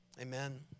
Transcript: Amen